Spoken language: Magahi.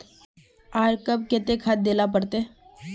आर कब केते खाद दे ला पड़तऐ?